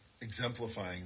exemplifying